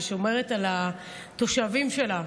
ששומרת על התושבים שלה,